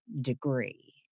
degree